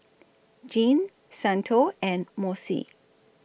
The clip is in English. Jeane Santo and Mossie